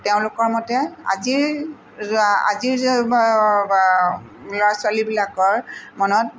তেওঁলোকৰ মতে আজিৰ আজিৰ ল'ৰা ছালিবিলাকৰ মনত